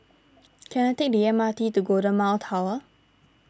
can I take the M R T to Golden Mile Tower